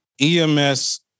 EMS